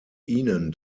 ihnen